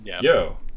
yo